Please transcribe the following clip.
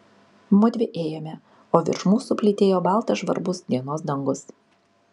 mudvi ėjome o virš mūsų plytėjo baltas žvarbus dienos dangus